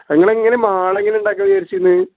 നിങ്ങൾ എങ്ങനെ മാൾ എങ്ങനെ ഉണ്ടാക്കാമെന്ന് വിചാരിച്ചിരുന്നത്